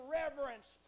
reverence